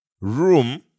Room